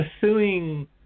pursuing